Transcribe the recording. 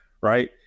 Right